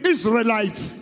Israelites